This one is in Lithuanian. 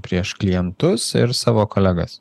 prieš klientus ir savo kolegas